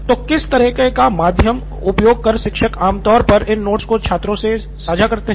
तो किस तरह का माध्यम उपयोग कर शिक्षक आमतौर पर इन नोट्स को छात्रों के साथ साझा करते हैं